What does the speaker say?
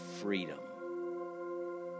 freedom